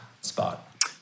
spot